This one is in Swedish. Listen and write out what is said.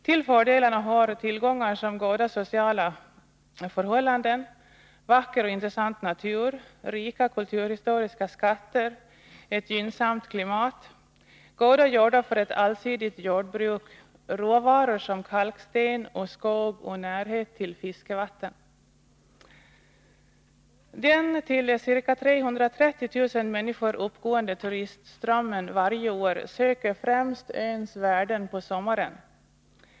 Till fördelarna hör tillgångar som goda sociala förhållanden, vacker och intressant natur, rika kulturhistoriska skatter, ett gynnsamt klimat, goda jordar för ett allsidigt jordbruk, råvaror som kalksten och skog och närhet till fiskevatten. Den varje år till ca 330 000 människor uppgående turistströmmen söker främst öns värden på sommaren.